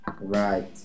Right